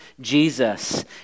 Jesus